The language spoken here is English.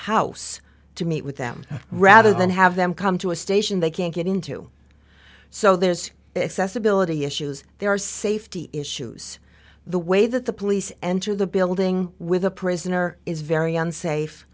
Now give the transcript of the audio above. house to meet with them rather than have them come to a station they can't get into so there's excess ability issues there are safety issues the way that the police enter the building with a prisoner is very unsafe